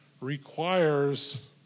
requires